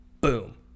Boom